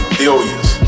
billions